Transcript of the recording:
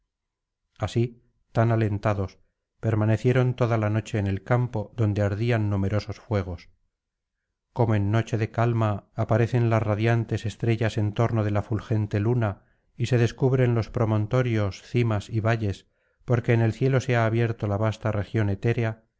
así tan alentados permanecieron toda la noche en el campo donde ardían numerosos fuegos como en noche de calma aparecen las radiantes estrellas en torno de la fulgente luna y se descubren los promontorios cimas y valles porque en el cielo se ha abierto la vasta región etérea